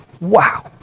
wow